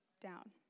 down